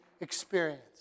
experience